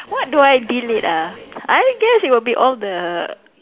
what do I delete ah I guess it will be all the